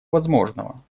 возможного